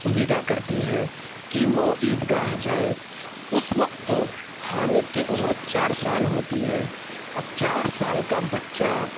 وداع کرتی ہیں کہ وہ عید گاہ جائے اس وقت حامد کی عمر چار سال ہوتی ہے اب چار سال کا بچہ